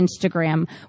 Instagram